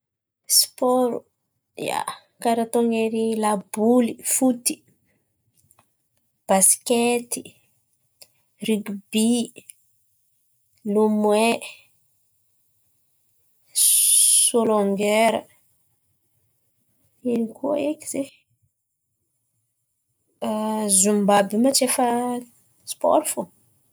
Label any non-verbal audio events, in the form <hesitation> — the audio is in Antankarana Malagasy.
Sipôro, ia, karà ataony ery laboly foty, basikety, rigibÿ, lomoay, sô longiera. Ino koa eky zen̈y? <hesitation> Zomba àby io ma tsy efa sipôro fo?